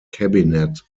cabinet